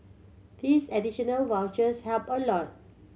these additional vouchers help a lot